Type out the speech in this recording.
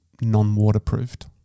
non-waterproofed